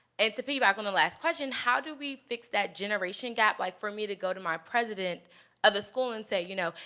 and to piggyback on the last question how do we fix that generation gap? like for me to go my president of a school and say, you know,